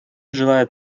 желает